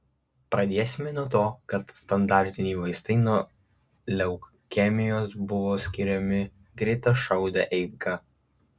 pradėsime nuo to kad standartiniai vaistai nuo leukemijos buvo skiriami greitašaude eiga